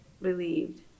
relieved